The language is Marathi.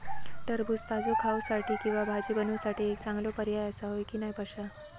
टरबूज ताजो खाऊसाठी किंवा भाजी बनवूसाठी एक चांगलो पर्याय आसा, होय की नाय पश्या?